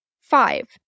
Five